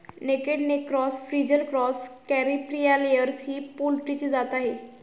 naked neck cross, frizzle cross, Caripriya layers ही पोल्ट्रीची जात आहे